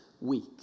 week